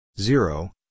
Zero